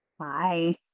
Hi